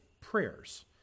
prayers